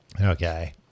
Okay